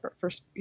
first